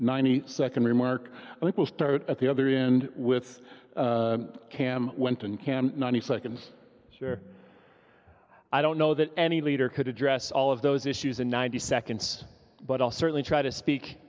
ninety second remark and we'll start at the other in with cam went in can ninety seconds sure i don't know that any leader could address all of those issues in ninety seconds but i'll certainly try to speak